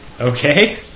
Okay